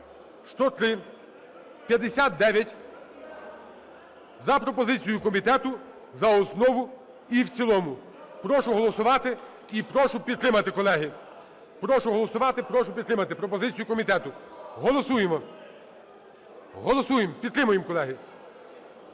проект закону 10359 за пропозицією комітету за основу і в цілому. Прошу голосувати і прошу підтримати, колеги. Прошу проголосувати, прошу підтримати пропозицію комітету. Голосуємо. Голосуємо, підтримаємо, колеги.